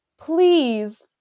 Please